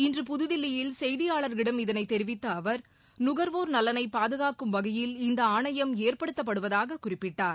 இன்று புதுதில்லியில் செய்தியாளர்களிடம் இதனைதெரிவித்தஅவர் நுகர்வோர் நலனைபாதுகாக்கும் வகையில் இந்தஆணையம் ஏற்படுத்தப்படுவதாககுறிப்பிட்டார்